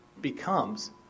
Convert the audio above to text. becomes